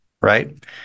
right